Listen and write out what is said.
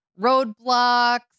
roadblocks